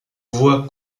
voix